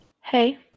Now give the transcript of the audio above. Hey